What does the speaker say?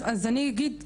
אז אני אגיד,